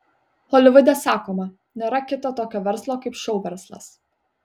holivude sakoma nėra kito tokio verslo kaip šou verslas